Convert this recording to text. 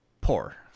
poor